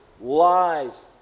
lies